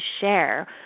share